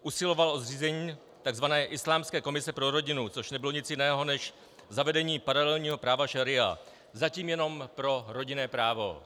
Usiloval o zřízení tzv. islámské komise pro rodinu, což nebylo nic jiného než zavedení paralelního práva šaría, zatím jenom pro rodinné právo.